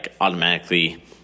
automatically